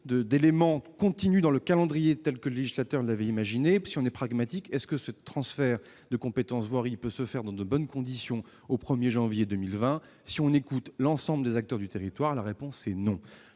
de la loi Maptam et le calendrier tel que le législateur l'avait imaginé. Soyons pragmatiques : le transfert de la compétence « voirie » peut-il se faire dans de bonnes conditions au 1 janvier 2020 ? Si l'on écoute l'ensemble des acteurs du territoire, la réponse est non.